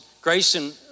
Grayson